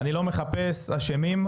אני לא מחפש אשמים,